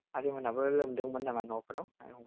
आदैमोननाबो लोमदोंमोन नामा न' फोराव